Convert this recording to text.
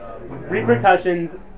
repercussions